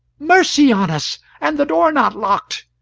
mercy on us, and the door not locked!